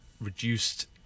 reduced